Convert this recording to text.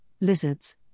lizards